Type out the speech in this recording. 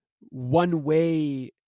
one-way